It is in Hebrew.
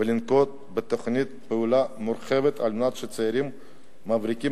ולנקוט תוכנית פעולה מורחבת על מנת שצעירים מבריקים